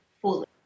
fully